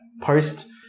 post